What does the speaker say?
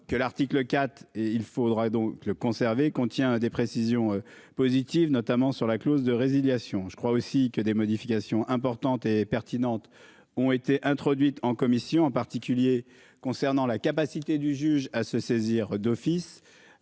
que l'article 4 et il faudra donc le conserver contient des précisions positives notamment sur la clause de résiliation. Je crois aussi que des modifications importantes et pertinentes ont été introduites en commission en particulier concernant la capacité du juge à se saisir d'office.